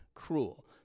cruel